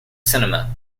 cinema